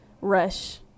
rush